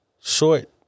short